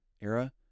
era